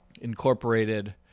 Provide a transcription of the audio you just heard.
incorporated